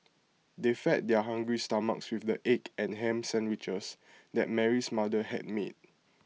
they fed their hungry stomachs with the egg and Ham Sandwiches that Mary's mother had made